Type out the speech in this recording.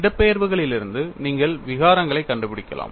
இடப்பெயர்வுகளிலிருந்து நீங்கள் விகாரங்களைக் கண்டுபிடிக்கலாம்